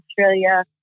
Australia